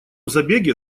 забеге